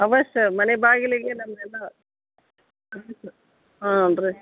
ಅವಶ್ಯ ಮನೆ ಬಾಗಿಲಿಗೆ ನಮ್ಮೆಲ್ಲ ಹಾಂ ರೀ